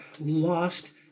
lost